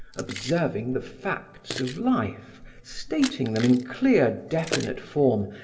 observing the facts of life, stating them in clear, definite form,